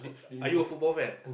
are you a football fan